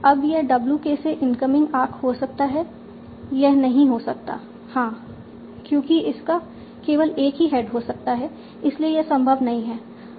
अब यह w k से इनकमिंग आर्क हो सकता है यह नहीं हो सकता हां क्योंकि इसका केवल एक ही हेड हो सकता है इसलिए यह संभव नहीं है